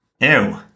Ew